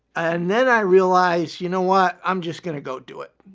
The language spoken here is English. and then i realized, you know what, i'm just gonna go do it.